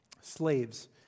Slaves